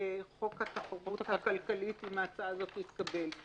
"חוק התחרות הכלכלית", אם ההצעה הזאת תתקבל.